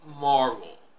Marvel